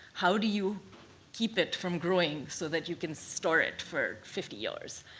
how do you keep it from growing so that you can store it for fifty years?